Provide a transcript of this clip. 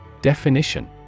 Definition